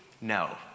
No